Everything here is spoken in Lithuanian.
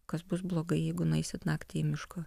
kas bus blogai jeigu nueisit naktį į mišką